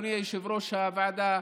אדוני יושב-ראש הוועדה,